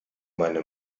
meine